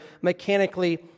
mechanically